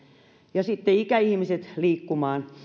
ja sitten ikäihmiset liikkumaan